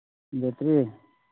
battery